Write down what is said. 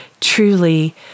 truly